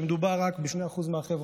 שמדובר רק ב-2% מהחברה.